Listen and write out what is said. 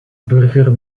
burger